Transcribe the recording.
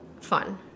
fun